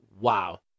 wow